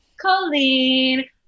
Colleen